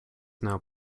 now